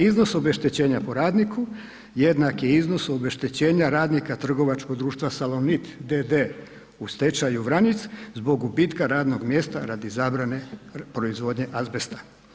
Iznos obeštećenja po radniku jednak je iznosu obeštećenja radnika trgovačkog društva Salonit d.d. u stečaju Vranjic, zbog gubitka radnog mjesta radi zabrane proizvodnje azbesta.